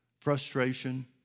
frustration